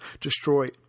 destroy